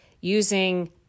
using